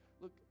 Look